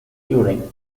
touring